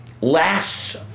lasts